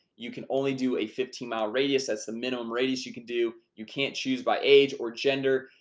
you can only do a fifteen mile radius that's the minimum radius you can do you can't choose by age or gender?